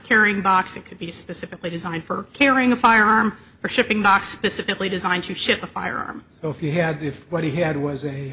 carrying box it could be specifically designed for carrying a firearm for shipping not specifically designed to ship a firearm if you had what he had was a